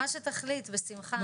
מה שתחליט, בשמך.